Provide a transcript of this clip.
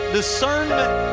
discernment